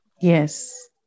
Yes